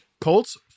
colts